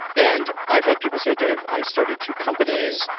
and i've had people say, dave, i started two companies,